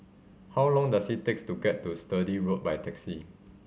how long does it takes to get to Sturdee Road by taxi